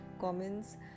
comments